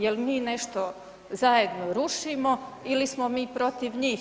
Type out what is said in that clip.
Jel' mi nešto zajedno rušimo ili smo mi protiv njih?